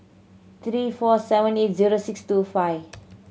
three four seventy zero six two five